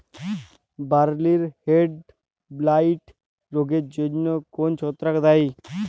বার্লির হেডব্লাইট রোগের জন্য কোন ছত্রাক দায়ী?